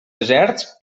deserts